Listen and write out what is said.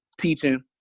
teaching